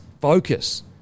focus